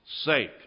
sake